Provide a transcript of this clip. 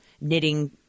knitting –